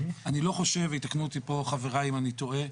אני לא חושב, ויתקנו אותי פה חבריי אם אני טועה.